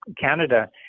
Canada